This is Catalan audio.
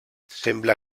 sembla